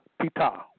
Pita